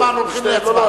גמרנו, הולכים להצבעה.